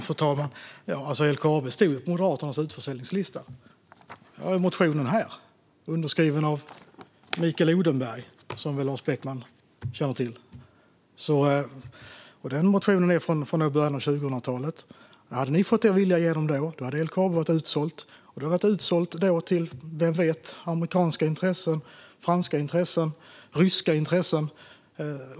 Fru talman! LKAB stod ju med på Moderaternas utförsäljningslista. Jag har motionen här. Den är underskriven av Mikael Odenberg, som Lars Beckman nog känner till. Motionen är från början av 2000-talet, och hade Moderaterna fått sin vilja igenom då hade LKAB varit utsålt. Vem vet vart det hade sålts - till amerikanska intressen, franska intressen eller ryska intressen?